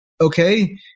okay